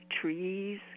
trees